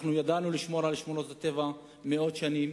אנחנו ידענו לשמור על שמורות הטבע מאות שנים,